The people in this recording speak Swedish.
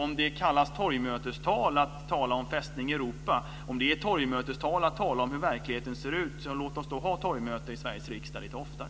Om det kallas torgmötestal att tala om Fästning Europa och att tala om hur verkligheten ser ut, så låt oss ha torgmöte i Sveriges riksdag lite oftare.